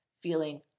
feeling